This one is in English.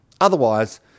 Otherwise